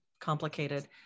complicated